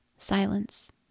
Silence